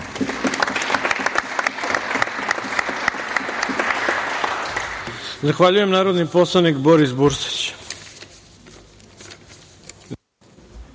Zahvaljujem. Narodni poslanik Boris Bursać.